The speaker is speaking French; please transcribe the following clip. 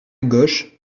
gauche